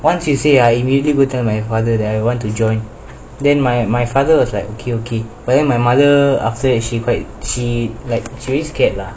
once you say I immediately tell my father that I want to join then my my father was like okay okay but then my mother after that she quite she like she scared lah